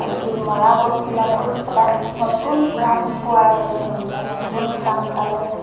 আৰু এই মৰা গছবিলাকো এটা নতুন প্ৰাণ পোৱাৰ দৰে হৈ যায় নতুন প্ৰাণ পালে